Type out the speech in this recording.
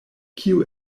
kio